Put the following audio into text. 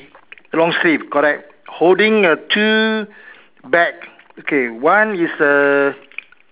long sleeve correct holding uh two bag okay one is a